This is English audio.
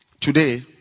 Today